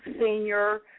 senior